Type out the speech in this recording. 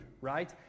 right